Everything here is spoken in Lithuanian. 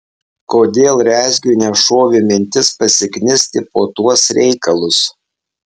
kodėl rezgiui nešovė mintis pasiknisti po tuos reikalus